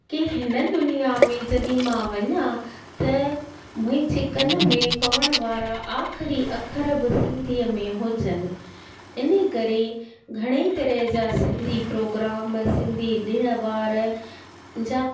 की हिन दुनिया में जॾहिं मां वञा त मुंहिंजे कनु में पवण वारा आख़िरी अख़रु बि सिंधीअ में हुजनि इन करे घणे ई तरह जा सिंधी प्रोग्राम सिंधी ॾिणु वार जा